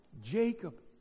Jacob